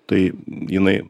tai jinai